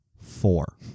Four